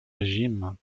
régime